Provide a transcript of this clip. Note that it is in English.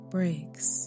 breaks